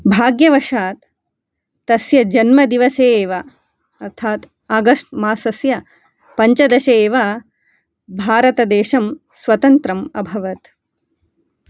भाग्यवशात् तस्य जन्मदिवसे एव अर्थात् आगस्ट् मासस्य पञ्चदशे एव भारतदेशं स्वतन्त्रम् अभवत्